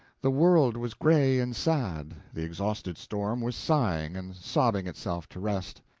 the world was gray and sad, the exhausted storm was sighing and sobbing itself to rest.